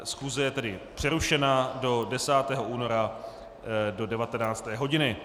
Schůze je tedy přerušena do 10. února do 19. hodiny.